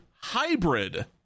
hybrid